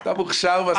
אתה מוכשר מספיק.